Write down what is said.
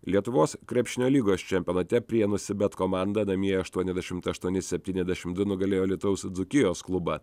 lietuvos krepšinio lygos čempionate prienų cbet komanda namie aštuoniasdešimt aštuoni septyniasdešim du nugalėjo alytaus dzūkijos klubą